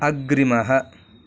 अग्रिमः